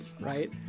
right